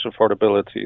affordability